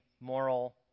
moral